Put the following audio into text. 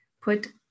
put